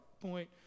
point